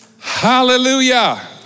Hallelujah